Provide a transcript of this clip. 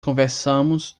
conversamos